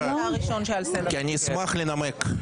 כי אני אשמח לנמק.